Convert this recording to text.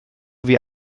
wie